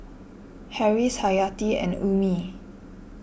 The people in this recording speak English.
Harris Hayati and Ummi